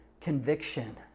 conviction